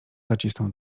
zacisnął